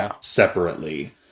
separately